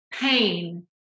pain